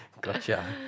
Gotcha